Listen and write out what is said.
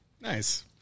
Nice